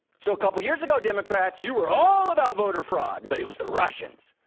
so a couple years ago, democrats you were all about voter fraud, but it was the russians.